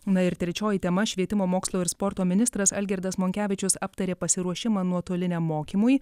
na ir trečioji tema švietimo mokslo ir sporto ministras algirdas monkevičius aptarė pasiruošimą nuotoliniam mokymui